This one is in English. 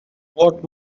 what